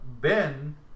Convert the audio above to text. Ben